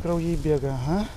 kraujai bėga aha